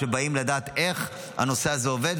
שבאות לדעת איך הנושא הזה עובד.